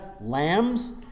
lambs